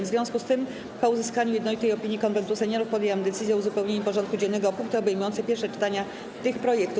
W związku z tym, po uzyskaniu jednolitej opinii Konwentu Seniorów, podjęłam decyzję o uzupełnieniu porządku dziennego o punkty obejmujące pierwsze czytania tych projektów.